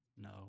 No